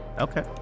Okay